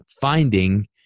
finding